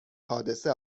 حادثه